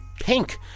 Pink